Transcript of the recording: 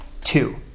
Two